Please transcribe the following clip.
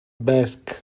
basque